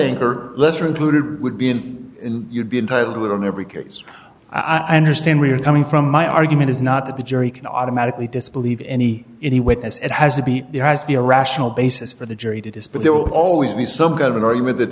her lesser included would be and you'd be entitled to it in every case i understand where you're coming from my argument is not that the jury can automatically disbelieve any any witness it has to be there has to be a rational basis for the jury to dispute there will always be some kind of an argument that